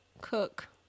cook